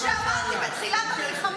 כשאתה תכיר את הפרטים,